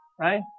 right